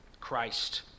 Christ